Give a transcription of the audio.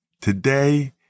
today